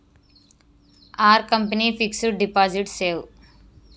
Are company fixed deposit safe?